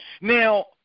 Now